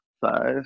Five